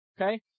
okay